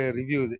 review